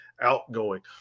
outgoing